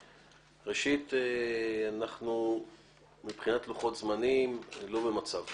ראשית, מבחינת לוחות זמנים אנחנו לא במצב טוב,